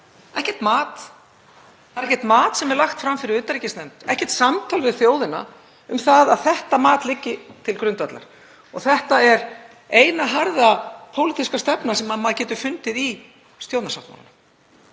ekkert mat lagt fram fyrir utanríkismálanefnd, ekkert samtal við þjóðina um að þetta mat liggi til grundvallar og þetta er eina harða pólitíska stefnan sem maður getur fundið í stjórnarsáttmálanum.